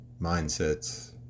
Mindsets